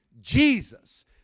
Jesus